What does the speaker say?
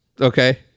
okay